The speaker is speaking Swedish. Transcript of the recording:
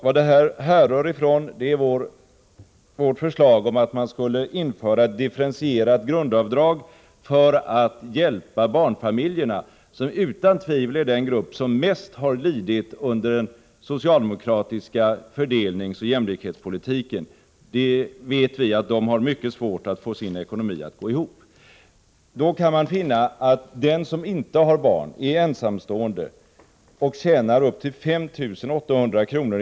Vad det härrör från är vårt förslag om att man skulle införa differentierade grundavdrag för att hjälpa barnfamiljerna, som utan tvivel är den grupp som mest har lidit under den socialdemokratiska fördelningsoch jämlikhetspolitiken. Vi vet att de har mycket svårt att få sin ekonomi att gå ihop. Då kan man finna att den som inte har barn, är ensamstående och tjänar upp till 5 800 kr.